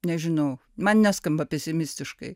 nežinau man neskamba pesimistiškai